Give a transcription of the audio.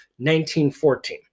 1914